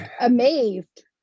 amazed